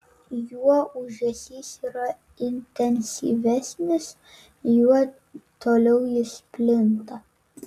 juo ūžesys yra intensyvesnis juo toliau jis plinta